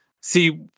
see